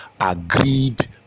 agreed